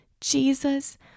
Jesus